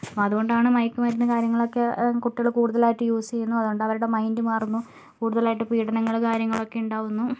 അതുകൊണ്ടാണ് മയക്കു മരുന്നും കാര്യങ്ങളൊക്കെ കുട്ടികള് കൂടുതലായിട്ട് യൂസ് ചെയ്യുന്നതും അതുകൊണ്ടാ അവരുടെ മൈൻഡ് മാറുന്നു കൂടുതലായിട്ട് പീഡനങ്ങള് കാര്യങ്ങളൊക്കെ ഉണ്ടാകുന്നു